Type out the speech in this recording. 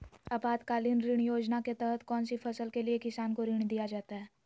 आपातकालीन ऋण योजना के तहत कौन सी फसल के लिए किसान को ऋण दीया जाता है?